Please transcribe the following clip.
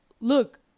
look